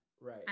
Right